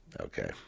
Okay